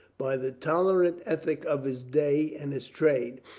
by the tolerant ethic of his day and his trade,